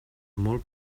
molt